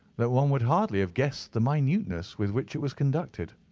that one would hardly have guessed the minuteness with which it was conducted.